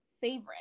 favorite